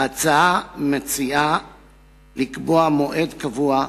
ההצעה היא לקבוע מועד קבוע,